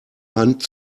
hand